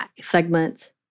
segment